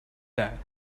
that